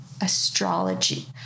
astrology